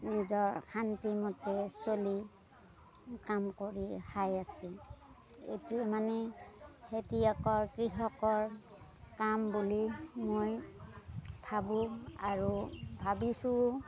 নিজৰ শান্তি মতে চলি কাম কৰি খাই আছে এইটোৱে মানে খেতিয়কৰ কৃষকৰ কাম বুলি মই ভাবোঁ আৰু ভাবিছোঁও